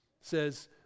says